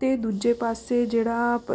ਅਤੇ ਦੂਜੇ ਪਾਸੇ ਜਿਹੜਾ ਪ